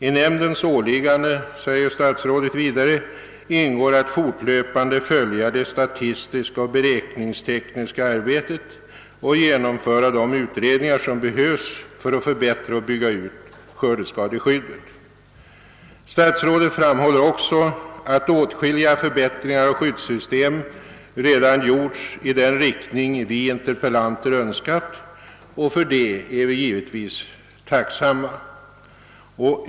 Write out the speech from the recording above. I nämndens åligganden, säger statsrådet vidare, ingår att fortlöpande följa det statistiska och beräkningstekniska arbetet och att genomföra de utredningar, som behövs för att förbättra och bygga ut skördeskadeskyddet. Statsrådet framhåller också att åtskilliga förbättringar av skyddssystemet redan gjorts i den riktning vi interpellanter önskat, och för det är vi givetvis tacksamma.